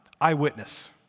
eyewitness